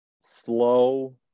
slow